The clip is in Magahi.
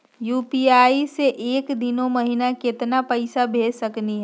यू.पी.आई स एक दिनो महिना केतना पैसा भेज सकली हे?